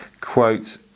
Quote